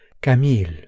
Camille